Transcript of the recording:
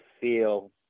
feel